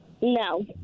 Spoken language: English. No